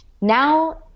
Now